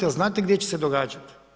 A znate gdje će se događati?